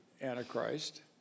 Antichrist